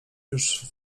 już